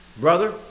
Brother